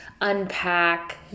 unpack